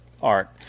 art